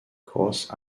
cause